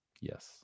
yes